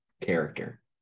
character